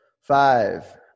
Five